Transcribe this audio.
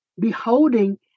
beholding